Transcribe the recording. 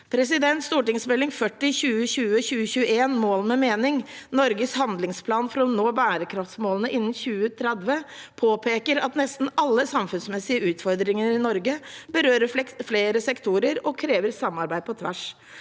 Meld. St. 40 for 2020–2021, Mål med mening – Norges handlingsplan for å nå bærekraftsmålene innen 2030, påpeker at nesten alle samfunnsmessige utfordringer i Norge berører flere sektorer og krever samarbeid på tvers.